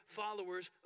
followers